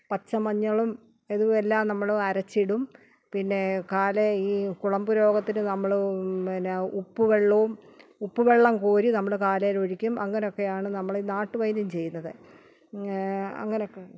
പച്ചമഞ്ഞളും ഇതുവെല്ലാം നമ്മൾ അരച്ചിടും പിന്നെ കാലേ ഈ കുളമ്പ് രോഗത്തിന് നമ്മൾ പിന്നെ ഉപ്പ് വെള്ളോം ഉപ്പ് വെള്ളം കോരി നമ്മൾ കാലേലൊഴിക്കും അങ്ങനെയൊക്കെയാണ് നമ്മൾ നാട്ട് വൈദ്യം ചെയ്യുന്നത് ഇങ്ങാ അങ്ങനൊക്കെ